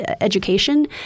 education